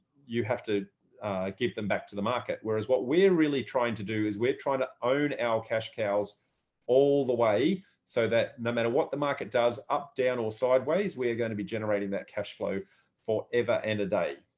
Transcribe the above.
you have to give them back to the market. whereas what we're and really trying to do is we're trying to own our cash cows all the way so that no matter what the market does, up, down or sideways, we are going to be generating that cash flow forever, any and day.